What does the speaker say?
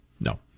No